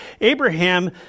Abraham